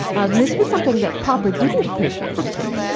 and this was something that popper didn't appreciate i think,